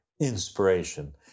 inspiration